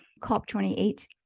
COP28